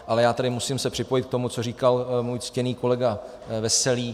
Ale já se tady musím připojit k tomu, co říkal můj ctěný kolega Veselý.